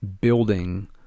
building